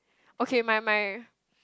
okay my my